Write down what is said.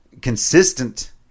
consistent